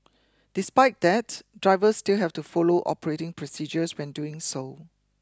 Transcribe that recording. despite that drivers still have to follow operating procedures when doing so